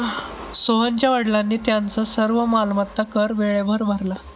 सोहनच्या वडिलांनी त्यांचा सर्व मालमत्ता कर वेळेवर भरला